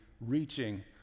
reaching